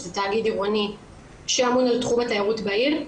שזה תאגיד עירוני שאמון על תחום התיירות בעיר,